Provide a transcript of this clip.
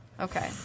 Okay